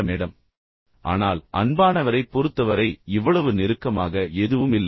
இந்தியச் சூழலில் சிலருக்கு அன்புள்ள மேடம் பிடிக்காது ஆனால் அன்பானவரைப் பொறுத்தவரை இவ்வளவு நெருக்கமாக எதுவும் இல்லை